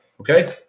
okay